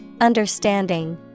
Understanding